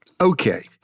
Okay